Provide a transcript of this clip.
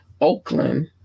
Oakland